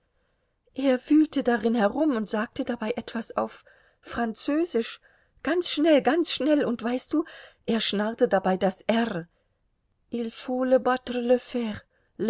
er wühlte darin herum und sagte dabei etwas auf französisch ganz schnell ganz schnell und weißt du er schnarrte dabei das r il